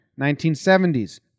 1970s